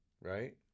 Right